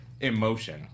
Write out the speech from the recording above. emotion